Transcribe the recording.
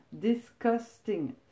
Disgusting